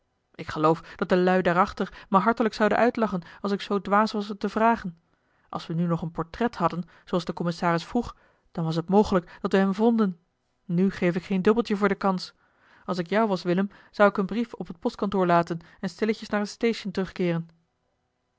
ik geloof dat de lui daarachter me hartelijk zouden uitlachen als ik zoo dwaas was het te vragen als we nu nog een portret hadden zooals de commissaris vroeg dan was het mogelijk dat we hem vonden nu geef ik geen dubbeltje voor de kans als ik jou was willem zou ik een brief op het postkantoor laten en stilletjes naar het station terugkeeren